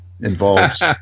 involves